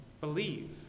Believe